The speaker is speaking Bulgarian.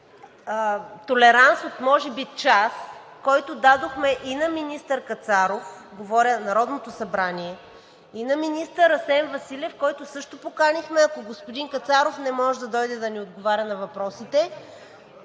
толеранс от може би час, който дадохме и на министър Кацаров, говоря за Народното събрание, и на министър Асен Василев, когото също поканихме, ако господин Кацаров не може да дойде, да ни отговаря на въпросите,